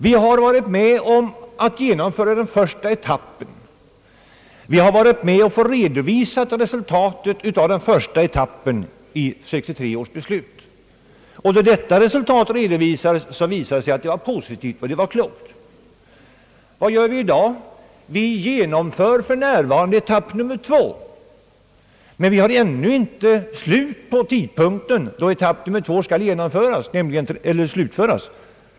Vi har varit med om att genomföra den första etappen, och vi har fått redovisat resultatet av denna första etapp i 1963 års beslut, och det resultatet har befunnits vara positivt och klart. Vad gör vi i dag? Vi genomför för närvarande etapp nr 2, men vi är ännu inte framme vid den tidpunkt då etapp nr 2 skall vara slutförd, nämligen den 30/6 detta år.